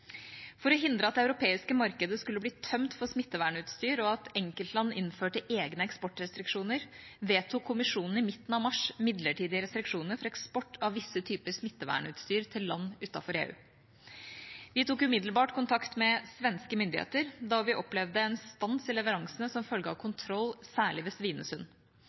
For å hindre at det europeiske markedet skulle bli tømt for smittevernutstyr og at enkeltland innførte egne eksportrestriksjoner, vedtok Kommisjonen i midten av mars midlertidige restriksjoner for eksport av visse typer smittevernutstyr til land utenfor EU. Vi tok umiddelbart kontakt med svenske myndigheter da vi opplevde en stans i leveransene som følge av kontroll, særlig ved Svinesund.